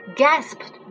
，gasped